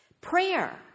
Prayer